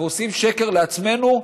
אנחנו עושים שקר לעצמנו.